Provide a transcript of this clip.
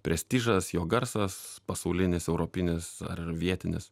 prestižas jo garsas pasaulinis europinis ar vietinis